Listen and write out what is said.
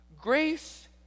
Grace